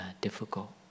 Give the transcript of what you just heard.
difficult